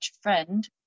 friend